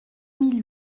mille